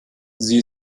sie